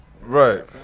Right